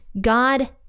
God